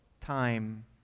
time